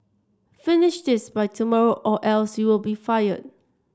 finish this by tomorrow or else you'll be fired